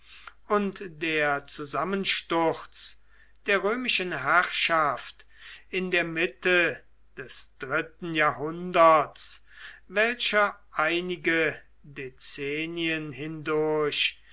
und der zusammensturz der römischen herrschaft in der mitte des dritten jahrhunderts welcher einige dezennien hindurch